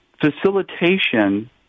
facilitation